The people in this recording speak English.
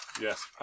Yes